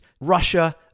russia